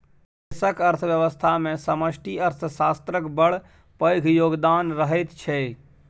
देशक अर्थव्यवस्थामे समष्टि अर्थशास्त्रक बड़ पैघ योगदान रहैत छै